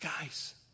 guys